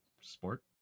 sport